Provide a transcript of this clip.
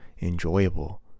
enjoyable